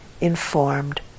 informed